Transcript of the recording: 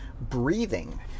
Breathing